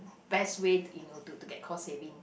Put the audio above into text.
best way you know to to get cost saving